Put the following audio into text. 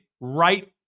right